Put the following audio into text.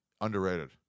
Underrated